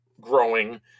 growing